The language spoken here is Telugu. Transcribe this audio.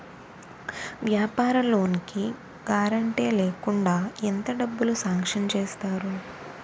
వ్యాపార లోన్ కి గారంటే లేకుండా ఎంత డబ్బులు సాంక్షన్ చేస్తారు?